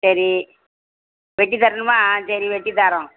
சரி வெட்டி தரணுமா ஆ சரி வெட்டி தாரோம்